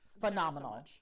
Phenomenal